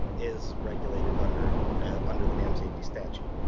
is regulated under and under the dam safety statute.